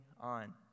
on